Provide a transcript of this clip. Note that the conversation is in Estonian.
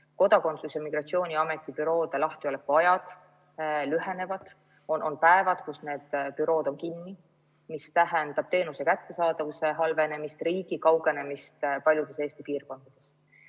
Kodakondsus‑ ja migratsiooniameti büroode lahtiolekuajad lühenevad, on päevi, kui need bürood on kinni, mis tähendab teenuse kättesaadavuse halvenemist, riigi kaugenemist [inimestest] paljudes Eesti piirkondades.